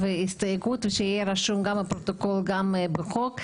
הסתייגות ושיהיה רשום בפרוטוקול וגם בחוק,